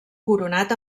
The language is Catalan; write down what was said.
coronat